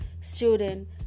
student